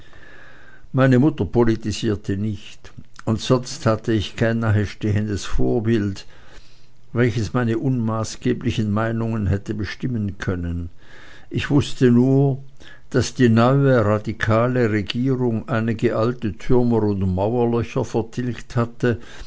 meine mutter politisierte nicht und sonst hatte ich kein nahestehendes vorbild welches meine unmaßgeblichen meinungen hätte bestimmen können ich wußte nur daß die neue radikale regierung einige alte türme und mauerlöcher vertilgt hatte